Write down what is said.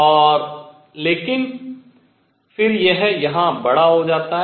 और लेकिन फिर यह यहाँ बड़ा हो जाता है